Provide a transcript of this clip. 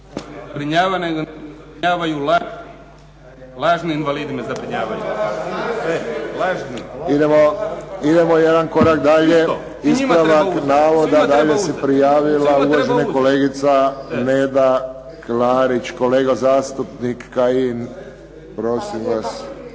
ne razumije se./… **Friščić, Josip (HSS)** Idemo jedan korak dalje. Ispravak navoda, dalje se prijavila uvažena kolegica Neda Klarić. Kolega zastupnik Kajin, prosim vas.